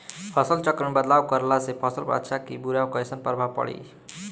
फसल चक्र मे बदलाव करला से फसल पर अच्छा की बुरा कैसन प्रभाव पड़ी?